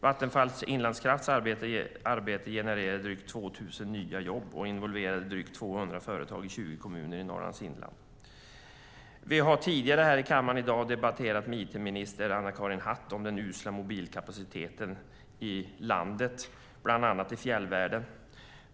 Vattenfalls Inlandskrafts arbete genererade drygt 2 000 nya jobb och involverade drygt 200 företag i 20 kommuner i Norrlands inland. Vi har tidigare här i kammaren i dag debatterat med it-minister Anna-Karin Hatt om den usla mobilkapaciteten i landet, bland annat i fjällvärlden.